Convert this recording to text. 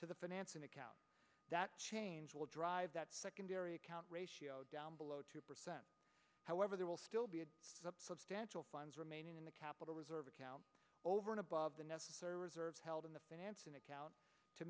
to the financing account that change will drive that secondary account ratio down below two percent however there will still be a substantial funds remaining in the capital reserve account over and above the necessary reserves held in the financing